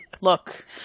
look